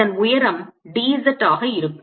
இதன் உயரம் dz ஆக இருக்கும்